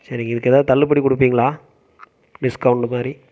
சரிங்க இதுக்கு ஏதாவது தள்ளுபடி கொடுப்பீங்களா டிஸ்கவுண்ட் மாதிரி